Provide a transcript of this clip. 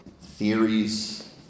theories